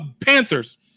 Panthers